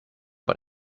but